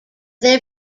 they